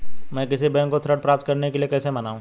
मैं किसी बैंक को ऋण प्राप्त करने के लिए कैसे मनाऊं?